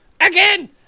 again